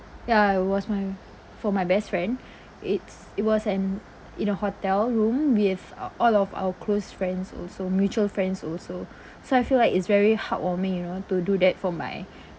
ya it was my for my best friend it's it was an in a hotel room with all of our close friends also mutual friends also so I feel like it's very heartwarming you know to do that for my